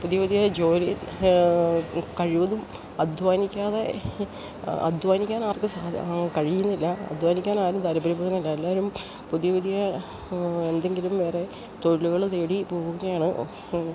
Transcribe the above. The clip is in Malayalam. പുതിയ പുതിയ ജോലി കഴിവതും അധ്വാനിക്കാതെ അധ്വാനിക്കാനാർക്കും കഴിയുന്നില്ല അധ്വാനിക്കാനാരും താൽപ്പര്യപ്പെടുന്നില്ല എല്ലാവരും പുതിയ പുതിയ എന്തെങ്കിലും വേറെ തൊഴിലുകള് തേടി പോവുകയാണ് ആണ്